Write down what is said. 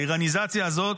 לאיראניזציה הזאת,